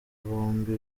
bombi